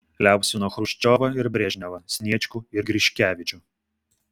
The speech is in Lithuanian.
liaupsino chruščiovą ir brežnevą sniečkų ir griškevičių